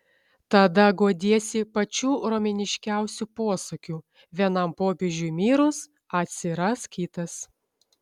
tada guodiesi pačiu romėniškiausiu posakiu vienam popiežiui mirus atsiras kitas